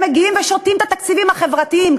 הם מגיעים ושותים את התקציבים החברתיים.